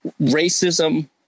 Racism